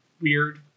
weird